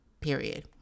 period